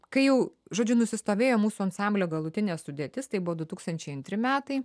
kai jau žodžiu nusistovėjo mūsų ansamblio galutinė sudėtis tai buvo du tūkstančiai antri metai